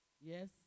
Yes